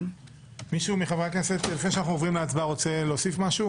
מישהו מחברי הכנסת רוצה להוסיף משהו